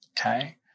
okay